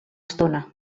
estona